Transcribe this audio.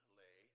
lay